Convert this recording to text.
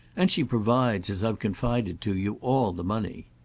and she provides, as i've confided to you, all the money.